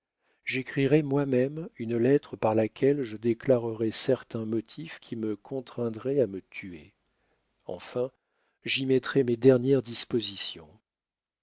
j'écrirai moi-même une lettre par laquelle je déclarerai certains motifs qui me contraindraient à me tuer enfin j'y mettrai mes dernières dispositions